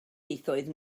ieithoedd